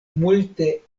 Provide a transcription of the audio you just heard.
multe